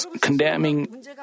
condemning